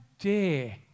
dare